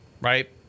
right